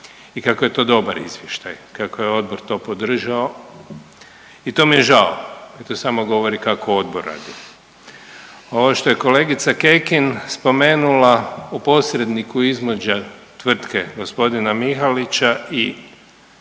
i kako je to dobar izvještaj, kako je odbor to podržao i to mi je žao i to samo govori kako odbor radi. Ovo što je kolegica Kekin spomenula u posredniku između tvrtke gospodina Mihalića i